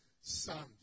son